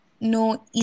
No